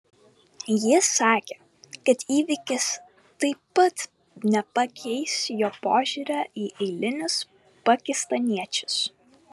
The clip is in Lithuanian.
jis sakė kad įvykis taip pat nepakeis jo požiūrio į eilinius pakistaniečius